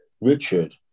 Richard